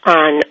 on